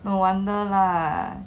no wonder lah